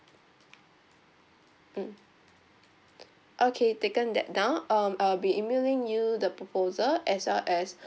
mm okay taken that down um I'll be emailing you the proposal as well as